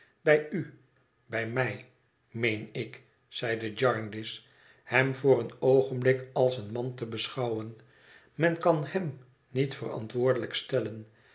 bij u bij mij meen ik zeide jarndyce hem voor een oogenblik als een man te beschouwen men kan hem niet verantwoordelijk stellen